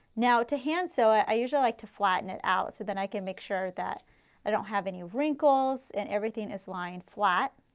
now to hand sew, i usually like to flatten it out, so then i can make sure that i don't have any wrinkles and everything is lined flat.